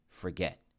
forget